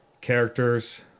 Characters